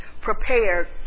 prepared